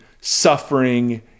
suffering